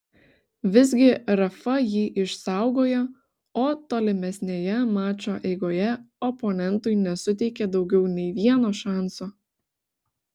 visgi rafa jį išsaugojo o tolimesnėje mačo eigoje oponentui nesuteikė daugiau nei vieno šanso